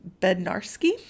Bednarski